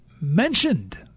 mentioned